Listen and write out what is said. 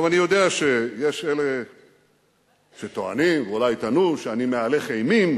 אני יודע שיש אלה שטוענים ואולי יטענו שאני מהלך אימים.